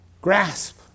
grasp